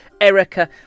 Erica